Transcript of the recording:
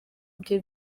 bye